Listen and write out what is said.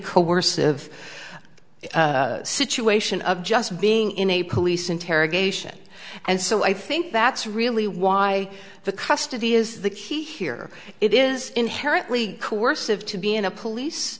coercive situation of just being in a police interrogation and so i think that's really why the custody is the key here it is inherently coercive to be in a police